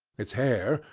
its hair,